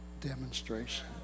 demonstration